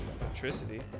electricity